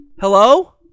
Hello